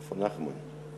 איפה נחמן?